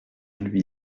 lui